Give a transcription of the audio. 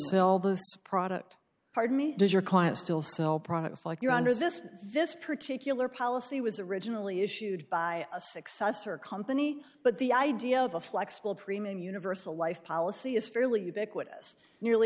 sell the product pardon me does your client still sell products like you're under this this particular policy was originally issued by a successor company but the idea of a flexible premium universal life policy is fairly quick as nearly